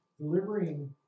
delivering